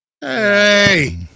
Hey